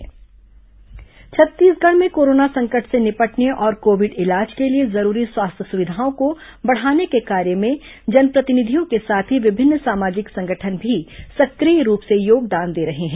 corona मदद छत्तीसगढ़ में corona संकट से निपटने और कोविड इलाज के लिए जरूरी स्वास्थ्य सुविधाओं को बढ़ाने के कार्य में जनप्रतिनिधियों के साथ ही विभिन्न सामाजिक संगठन भी सक्रिय रूप से योगदान दे रहे हैं